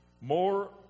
More